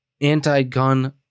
anti-gun